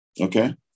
Okay